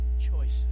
choices